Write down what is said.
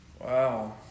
Wow